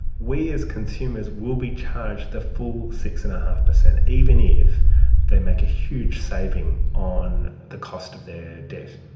we as consumers will be charged the full six. and five percent, even if they make a huge saving on the cost of their debt.